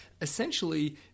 essentially